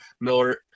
Miller